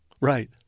Right